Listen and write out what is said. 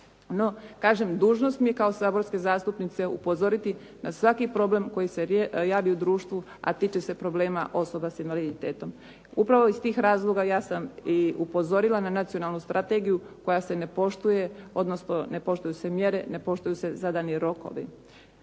no kažem dužnost mi je kao saborske zastupnice upozoriti na svaki problem koji se javi u društvu a tiče se problema osoba s invaliditetom. Upravo iz tih razloga ja sam i upozorila na nacionalnu strategiju koja se ne poštuje odnosno ne poštuju se mjere, ne poštuju se zadani rokovi.